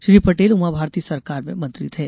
श्री पटेल उमा भारती सरकार में मंत्री थे